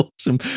awesome